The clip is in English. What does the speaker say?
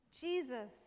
Jesus